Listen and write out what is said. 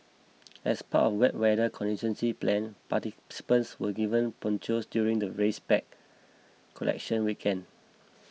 as part of wet weather contingency plan participants were given ponchos during the race pack collection weekend